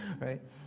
right